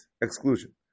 exclusion